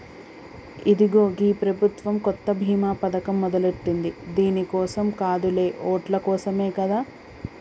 ఇదిగో గీ ప్రభుత్వం కొత్త బీమా పథకం మొదలెట్టింది దీని కోసం కాదులే ఓట్ల కోసమే కదా